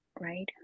right